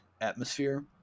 atmosphere